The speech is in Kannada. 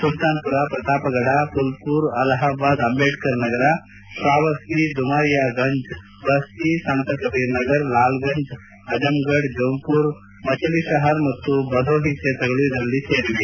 ಸುಲ್ತಾನ್ಪುರ ಪ್ರತಾಪಗಡ ಫುಲ್ವುರ್ ಅಲಹಬಾದ್ ಅಂಬೇಡ್ಕರ್ ನಗರ್ ಪ್ರಾವತ್ತಿ ದುಮರಿಯಾಗಂಜ್ ಬಸ್ತಿ ಸಂತ ಕಬೀರ್ ನಗರ್ ಲಾಲ್ಗಂಜ್ ಅಜಂಗಡ ಚೌನ್ಪುರ್ ಮಚಲೀಶಹರ್ ಮತ್ತು ಭದೋಹಿ ಕ್ಷೇತ್ರಗಳು ಇದರಲ್ಲಿ ಸೇರಿವೆ